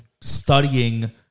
studying